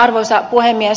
arvoisa puhemies